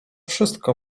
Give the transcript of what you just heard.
wszystko